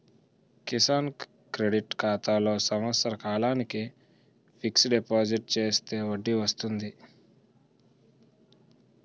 Kisan credit ఖాతాలో సంవత్సర కాలానికి ఫిక్స్ డిపాజిట్ చేస్తే వడ్డీ వస్తుంది